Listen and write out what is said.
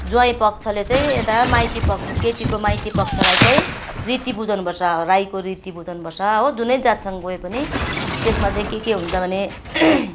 ज्वाइँ पक्षले चाहिँ यता माइती पक्ष केटीको माइती पक्षलाई चाहिँ रीति बुझाउनुपर्छ राईको रीति बुझाउनुपर्छ हो जुनै जातसँग गयो पनि त्यसमा चाहिँ के के हुन्छ भने